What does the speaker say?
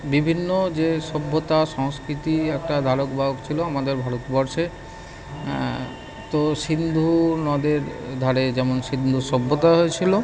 বিভিন্ন যে সভ্যতা সংস্কৃতি একটা ধারকবাহক ছিলো আমাদের ভারতবর্ষে তো সিন্ধু নদের ধারে যেমন সিন্ধু সভ্যতা হয়েছিলো